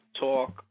Talk